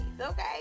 okay